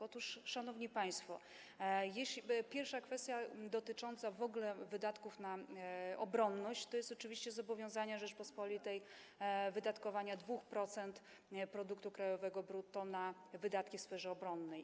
Otóż, szanowni państwo, pierwsza kwestia dotycząca w ogóle wydatków na obronność to jest oczywiście zobowiązanie Rzeczypospolitej wydatkowania 2% produktu krajowego brutto na sferę obronną.